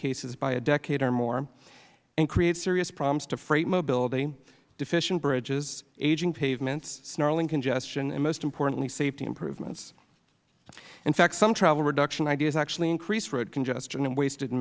cases by a decade or more and create serious problems to freight mobility deficient bridges aging pavements snarl and congestion and most importantly safety improvements in fact some travel reduction ideas actually increase road congestion and waste